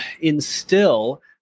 instill